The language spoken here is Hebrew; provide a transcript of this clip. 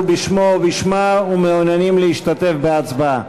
בשמו או בשמה ומעוניינים להשתתף בהצבעה?